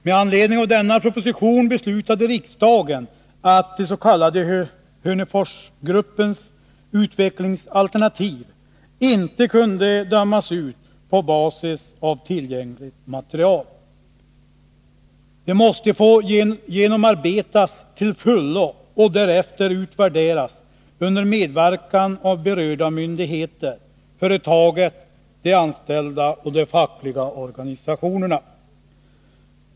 Med anledning av denna proposition beslutade riksdagen att den s.k. Hörneforsgruppens utvecklingsalternativ inte kunde dömas ut på basis av tillgängligt material. Det måste få genomarbetas till fullo och därefter utvärderas under medverkan av berörda myndigheter, företaget, de anställda och de fackliga organisationerna.